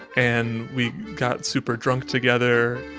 and we got super drunk together